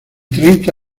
treinta